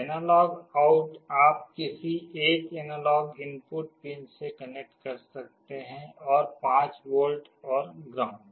analogue out आप किसी एक एनालॉग इनपुट पिन से कनेक्ट कर सकते हैं और 5 वोल्ट और ग्राउंड